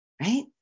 Right